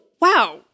wow